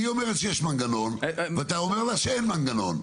היא אומרת שיש מנגנון ואתה אומר לה שאין מנגנון.